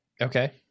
Okay